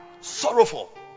sorrowful